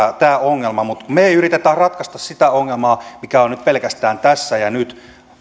tämä ongelma mutta me emme yritä ratkaista sitä ongelmaa mikä on nyt pelkästään tässä ja nyt